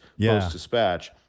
Post-Dispatch